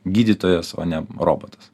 gydytojas o ne robotas